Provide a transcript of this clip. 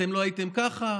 אתם לא הייתם ככה.